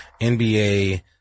NBA